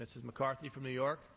mrs mccarthy from new york